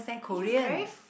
you very